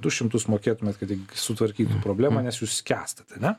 du šimtus mokėtumėt kad tik sutvarkytų problemą nes jūs skęstat ane